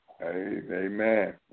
Amen